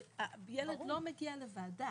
הילד לא מגיע לוועדה.